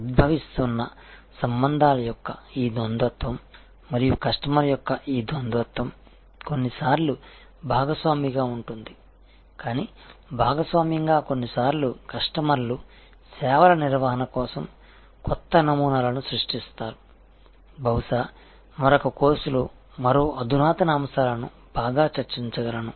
ఉద్భవిస్తున్న సంబంధాల యొక్క ఈ ద్వంద్వత్వం మరియు కస్టమర్ యొక్క ఈ ద్వంద్వత్వం కొన్నిసార్లు భాగస్వామ్యంగా ఉంటుంది కానీ భాగస్వామ్యంగా కొన్నిసార్లు కస్టమర్లు సేవల నిర్వహణ కోసం కొత్త నమూనాలను సృష్టిస్తారు బహుశా మరొక కోర్సులో మరో అధునాతన అంశాలను బాగా చర్చించగలను